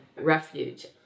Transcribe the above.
refuge